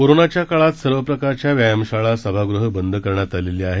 कोरोनाच्या काळात सर्व प्रकारच्या व्यायामशाळा सभागृह बंद करण्यात आलेली आहे